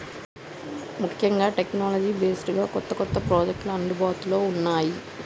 ముఖ్యంగా technology based గా కొత్త కొత్త ప్రాజెక్టులు అందుబాటులో ఉన్నాయి